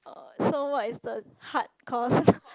so what is the hard course